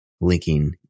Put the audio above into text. linking